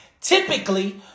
typically